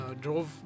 drove